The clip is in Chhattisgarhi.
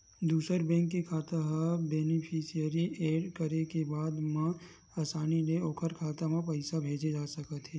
दूसर बेंक के खाता ह बेनिफिसियरी एड करे के बाद म असानी ले ओखर खाता म पइसा भेजे जा सकत हे